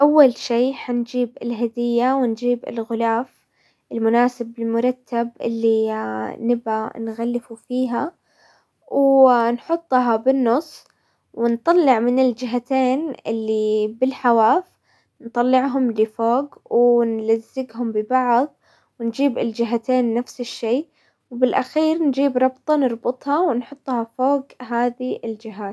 اول شي حنجيب الهدية ونجيب الغلاف المناسب المرتب اللي نبغى نغلفه فيها، نحطها بالنص ونطلع من الجهتين اللي بالحواف، نطلعهم لفوق ونلزقهم ببعض، ونجيب الجهتين نفس الشي، وبالاخير نجيب ربطة نربطها، ونحطها فوق هذي الجهات.